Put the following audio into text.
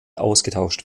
ausgetauscht